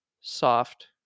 soft